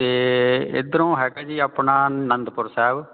ਅਤੇ ਇੱਧਰੋਂ ਹੈਗਾ ਜੀ ਆਪਣਾ ਅਨੰਦਪੁਰ ਸਾਹਿਬ